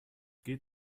geht